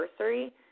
anniversary